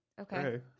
Okay